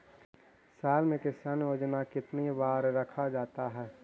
साल में किसान योजना कितनी बार रखा जाता है?